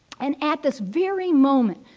and at this very moment,